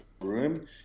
room